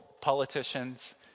politicians